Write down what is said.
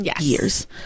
years